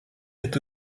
est